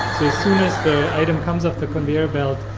soon as the item comes off the conveyor belt,